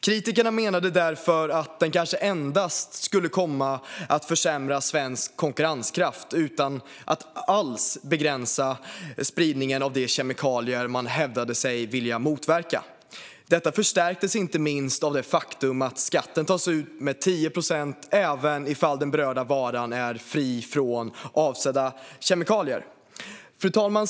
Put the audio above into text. Kritikerna menade därför att skatten kanske endast skulle komma att försämra svensk konkurrenskraft utan att alls begränsa spridningen av de kemikalier man hävdade att man ville motverka. Detta förstärktes inte minst av det faktum att skatten tas ut med 10 procent även om den berörda varan är fri från de kemikalier man avsåg att begränsa. Fru talman!